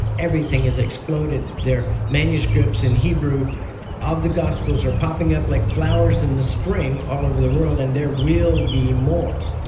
everything has exploded there. manuscripts in hebrew of the gospels are popping up like flowers in the spring all over the world, and there will be more.